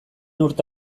urte